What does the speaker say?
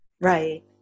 Right